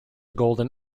golden